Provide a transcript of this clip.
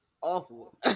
Awful